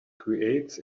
creates